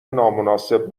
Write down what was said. نامناسب